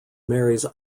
marries